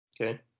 Okay